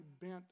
bent